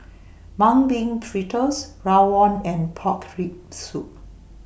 Mung Bean Fritters Rawon and Pork Rib Soup